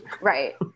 right